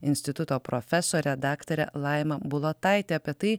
instituto profesore daktare laima bulotaite apie tai